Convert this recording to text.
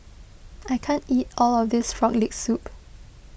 I can't eat all of this Frog Leg Soup